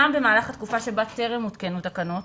גם במהלך התקופה בה טרם הותקנו תקנות,